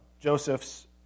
Joseph's